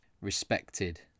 respected